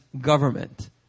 government